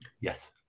Yes